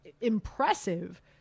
impressive